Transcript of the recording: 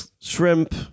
shrimp